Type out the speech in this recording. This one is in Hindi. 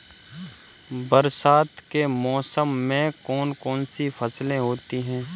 बरसात के मौसम में कौन कौन सी फसलें होती हैं?